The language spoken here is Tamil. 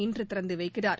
இன்றுதிறந்துவைக்கிறார்